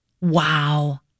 Wow